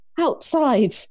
outside